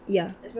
ya